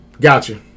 Gotcha